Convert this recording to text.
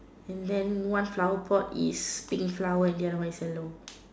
and then one flower pot is pink flower and the other one is yellow